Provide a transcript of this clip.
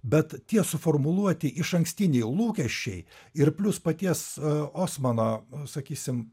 bet tie suformuluoti išankstiniai lūkesčiai ir plius paties osmano sakysim